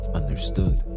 understood